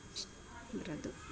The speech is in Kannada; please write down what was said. ಇಷ್ಟೆ ಬರೋದು